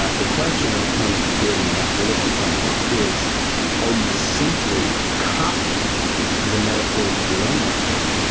ah the question when it comes to creating naturalistic language is are you simply copying the metaphors of your own language,